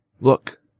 Look